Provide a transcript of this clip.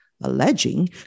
alleging